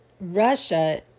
Russia